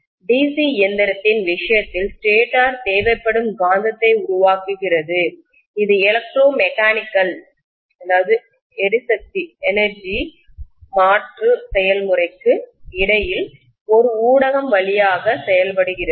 DC இயந்திரத்தின் விஷயத்தில் stator தேவைப்படும் காந்தத்தை உருவாக்குகிறது இது எலக்ட்ரோ மெக்கானிக்கல் எரிசக்திஎனர்ஜி மாற்று செயல்முறைக்கு இடையில் ஒரு ஊடகம் வழியாக செயல்படுகிறது